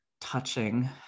touching